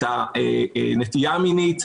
את הנטייה המינית,